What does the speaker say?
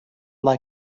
like